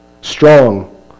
strong